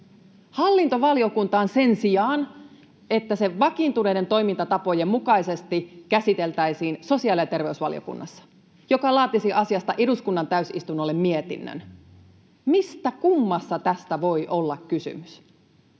hallintovaliokuntaan sen sijaan, että se vakiintuneiden toimintatapojen mukaisesti käsiteltäisiin sosiaali- ja terveysvaliokunnassa, joka laatisi asiasta eduskunnan täysistunnolle mietinnön. Mistä kummasta tästä voi olla kysymys?